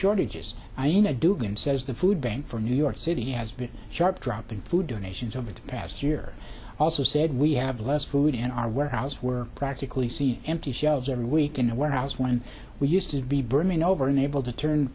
says the food bank for new york city has been sharp dropping food donations over the past year also said we have less food in our warehouse we're practically see empty shelves every week in a warehouse when we used to be brimming over unable to turn